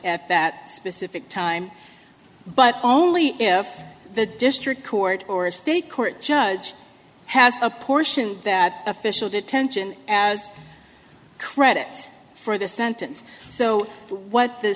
at that specific time but only if the district court or a state court judge has a portion that official detention as credit for the sentence so what the